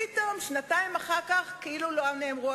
הביטחון לא ייתן להם.